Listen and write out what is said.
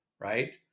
right